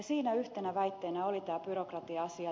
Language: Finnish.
siinä yhtenä väitteenä oli tämä byrokratia asia